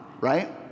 right